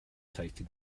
tasted